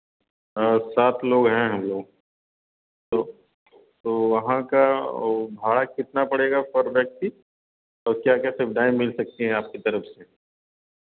सात लोग हैं हम लोग तो तो वहाँ का वह भाड़ा कितना पड़ेगा पर व्यक्ति और क्या क्या सुविधाएँ मिल सकती हैं आपकी तरफ़ से